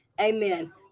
Amen